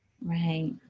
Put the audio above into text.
Right